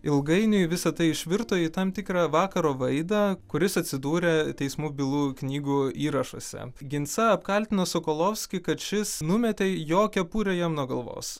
ilgainiui visa tai išvirto į tam tikrą vakaro vaidą kuris atsidūrė teismų bylų knygų įrašuose ginsa apkaltino sokolovskį kad šis numetė jo kepurę jam nuo galvos